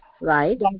Right